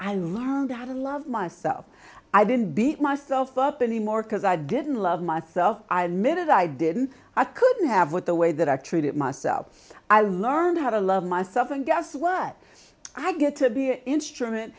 i learned how to love myself i didn't beat myself up anymore cause i didn't love myself i limited i didn't i couldn't have what the way that i treated myself i learned how to love myself and guess what i get to be an instrument